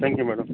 thank you madam